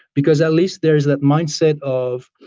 because at least there's that mindset of